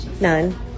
none